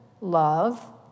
love